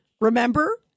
remember